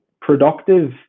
productive